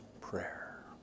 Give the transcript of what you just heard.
prayer